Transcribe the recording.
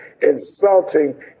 insulting